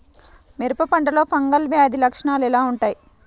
మిరప పంటలో ఫంగల్ వ్యాధి లక్షణాలు ఎలా వుంటాయి?